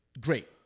great